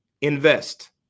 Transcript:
invest